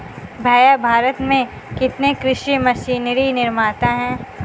भैया भारत में कितने कृषि मशीनरी निर्माता है?